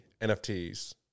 NFTs